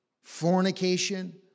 fornication